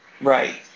Right